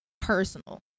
personal